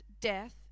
death